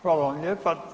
Hvala vam lijepa.